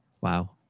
wow